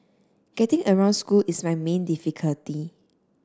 getting around school is my main difficulty